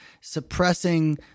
suppressing